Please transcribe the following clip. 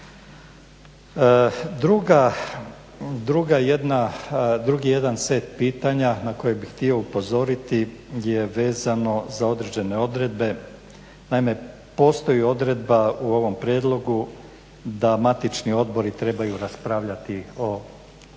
Drugi jedan set pitanja na koje bih htio upozoriti je vezano za određene odredbe. Naime postoji odredba u ovom prijedlogu da matični odbori trebaju raspravljati o određenim